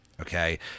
Okay